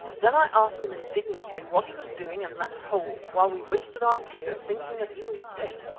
then i asked him indignantly what he was doing in that hole, while we wasted our tears, thinking that he was dead.